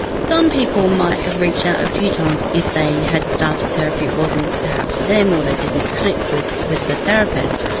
some people might have reached out a few times, if they had started therapy, it wasn't perhaps for them or they didn't click with with therapist,